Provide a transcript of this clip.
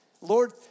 Lord